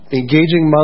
engaging